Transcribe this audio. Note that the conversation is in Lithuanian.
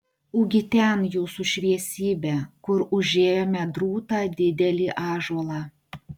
ugi ten jūsų šviesybe kur užėjome drūtą didelį ąžuolą